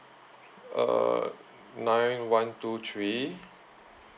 uh nine one two three